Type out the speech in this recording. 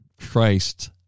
Christ